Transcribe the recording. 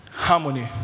Harmony